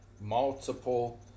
Multiple